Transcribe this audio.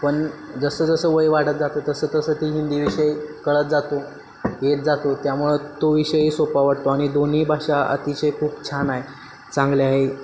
पण जसं जसं वय वाढत जातं तसं तसं ती हिंदी विषय कळत जातो येत जातो त्यामुळं तो विषयही सोपा वाटतो आणि दोन्ही भाषा अतिशय खूप छान आहे चांगले आहे